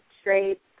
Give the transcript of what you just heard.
straight